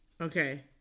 Okay